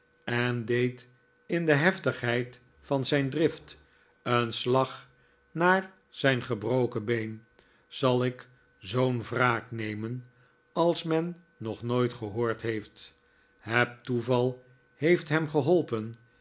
en deed in de heftigheid van zijn drift een slag naar zijn gebroken been zal ik zoo'n wraak nemen als men nog nooit gehoord heeft het toeval heeft hem geholpen